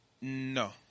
No